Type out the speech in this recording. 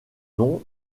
nom